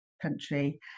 country